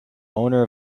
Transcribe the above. owner